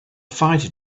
fighter